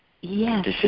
Yes